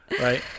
Right